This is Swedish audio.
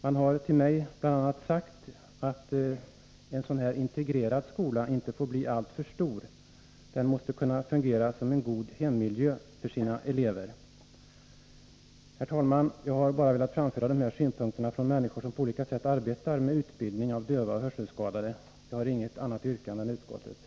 Man har bl.a. sagt till mig att en sådan här integrerad skola inte får bli alltför stor. Den måste kunna fungera som en god hemmiljö för sina elever. Herr talman! Jag har bara velat framföra dessa synpunkter från människor som på olika sätt arbetar med utbildning av döva och hörselskadade. Jag har inget annat yrkande än utskottets.